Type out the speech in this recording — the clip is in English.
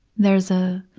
there's a,